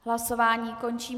Hlasování končím.